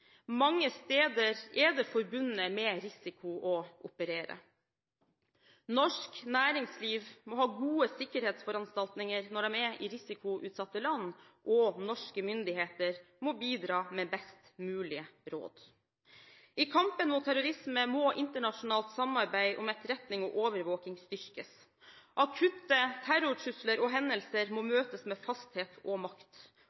Mange steder er det forbundet med risiko å operere. Norske næringslivsbedrifter må ha gode sikkerhetsforanstaltninger når de er i risikoutsatte land, og norske myndigheter må bidra med best mulige råd. I kampen mot terrorisme må internasjonalt samarbeid om etterretning og overvåking styrkes. Akutte terrortrusler og hendelser må møtes med fasthet og makt